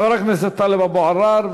חבר הכנסת טלב אבו עראר,